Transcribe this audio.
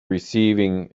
receiving